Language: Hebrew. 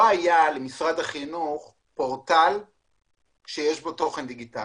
לא היה למשרד החינוך פורטל שיש בו תוכן דיגיטלי.